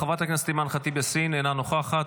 חברת הכנסת אימאן ח'טיב יאסין, אינה נוכחת.